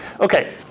Okay